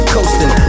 Coasting